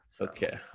Okay